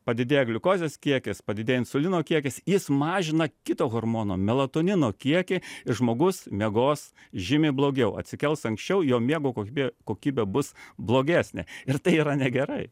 padidėja gliukozės kiekis padidėja insulino kiekis jis mažina kito hormono melatonino kiekį ir žmogus miegos žymiai blogiau atsikels anksčiau jo miego kokybė kokybė bus blogesnė ir tai yra negerai